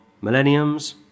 millenniums